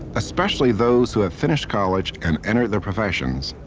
especially those who have finished college and entered their professions.